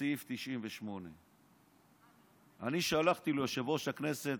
בסעיף 98. שלחתי ליושב-ראש הכנסת,